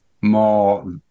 more